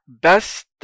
best